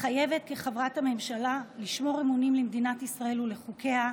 מתחייבת כחברת הממשלה לשמור אמונים למדינת ישראל ולחוקיה,